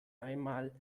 einmal